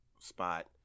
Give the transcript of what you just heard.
spot